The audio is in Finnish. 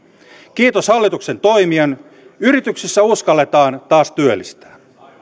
kiitos hallituksen toimien yrityksissä uskalletaan taas työllistää